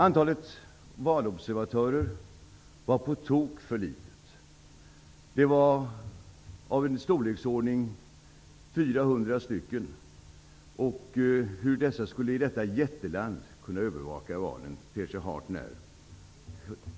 Antalet valobservatörer var på tok för litet. De var ungefär 400, och hur de i detta jätteland skulle kunna övervaka valet ter sig hart när